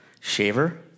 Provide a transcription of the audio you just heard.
shaver